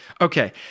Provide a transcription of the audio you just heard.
Okay